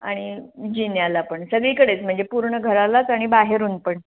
आणि जिन्याला पण सगळीकडेच म्हणजे पूर्ण घरालाच आणि बाहेरून पण